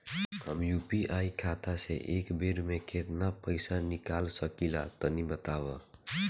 हम यू.पी.आई खाता से एक बेर म केतना पइसा निकाल सकिला तनि बतावा?